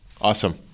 Awesome